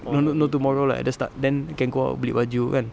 no no no tomorrow lah at the start then can go out beli baju kan